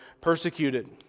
persecuted